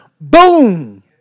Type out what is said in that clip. boom